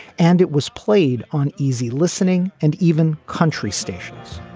and it was played on easy listening and even country stations